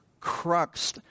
crux